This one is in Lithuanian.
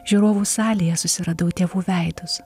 žiūrovų salėje susiradau tėvų veidus